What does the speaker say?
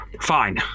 Fine